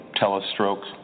telestroke